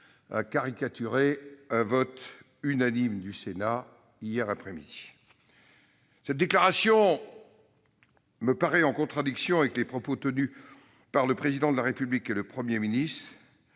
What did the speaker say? a caricaturé un vote unanime du Sénat hier après-midi. Cette déclaration me paraît en contradiction avec les propos tenus par le Président de la République et le Premier ministre,